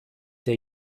der